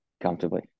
comfortably